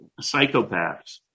psychopaths